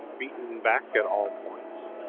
beaten back at all points,